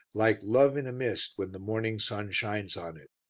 like love-in-a-mist when the morning sun shines on it,